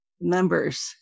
members